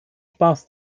spaß